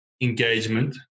engagement